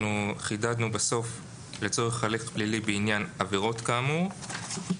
חידדנו בסוף "לצורך הליך פלילי בעניין עבירות כאמור".